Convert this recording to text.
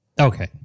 Okay